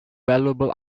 valuable